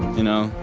you know.